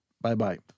Bye-bye